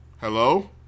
Hello